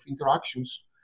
interactions